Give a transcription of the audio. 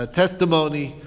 testimony